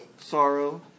sorrow